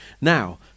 now